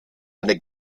eine